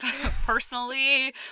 personally